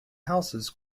houses